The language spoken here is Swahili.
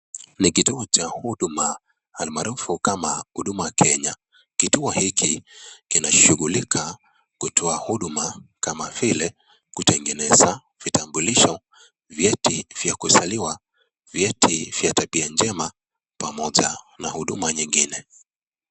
Ni kituo cha huduma almaharufu kama Huduma Kenya. Kituo hiki kinashughulika kutoa huduma kama vile vitambulisho, vyeti vya kuzaliwa, vyeti vya tabia njema pamoja na huduma nyingine.